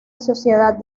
sociedad